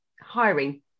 hiring